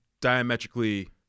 diametrically